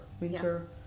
Winter